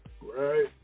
Right